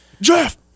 Jeff